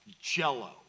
jello